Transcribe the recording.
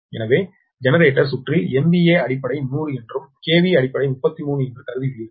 எனவேஜெனரேட்டர் சுற்றில் MVA அடிப்படை 100 என்றும் KV அடிப்படை 33 என்று கருதியுள்ளீர்கள்